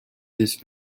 this